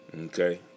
Okay